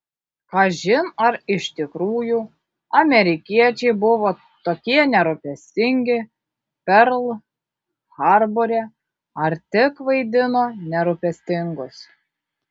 kažin ar iš tikrųjų amerikiečiai buvo tokie nerūpestingi perl harbore ar tik vaidino nerūpestingus